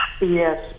Yes